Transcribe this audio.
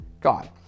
God